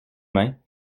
mains